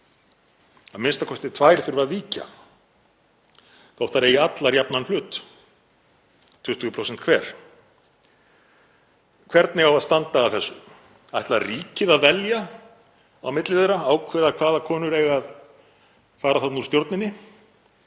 a.m.k. tvær þurfa að víkja þótt þær eigi allar jafnan hlut, 20% hver. Hvernig á að standa að þessu? Ætlar ríkið að velja á milli þeirra, ákveða hvaða konur eigi að fara úr stjórninni